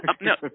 no